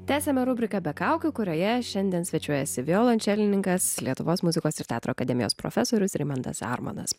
tęsiame rubriką be kaukių kurioje šiandien svečiuojasi violončelininkas lietuvos muzikos ir teatro akademijos profesorius rimantas armonas